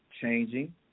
changing